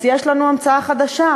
אז יש לנו המצאה חדשה,